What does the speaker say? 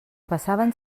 passaven